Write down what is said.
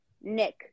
Nick